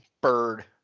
Bird